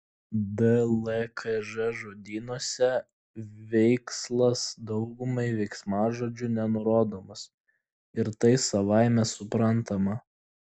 dlkž žodynuose veikslas daugumai veiksmažodžių nenurodomas ir tai savaime suprantama